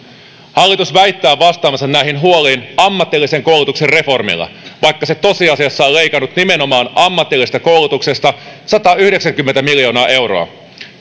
hallitus väittää vastaavansa näihin huoliin ammatillisen koulutuksen reformilla vaikka se tosiasiassa on leikannut nimenomaan ammatillisesta koulutuksesta satayhdeksänkymmentä miljoonaa euroa